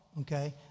Okay